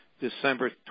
December